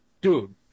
Dude